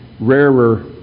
rarer